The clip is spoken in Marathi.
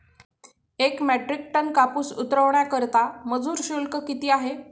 एक मेट्रिक टन कापूस उतरवण्याकरता मजूर शुल्क किती आहे?